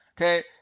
okay